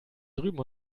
drüben